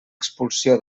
expulsió